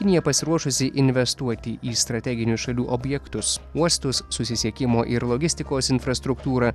kinija pasiruošusi investuoti į strateginius šalių objektus uostus susisiekimo ir logistikos infrastruktūrą